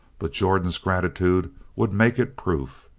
but jordan's gratitude would make it proof.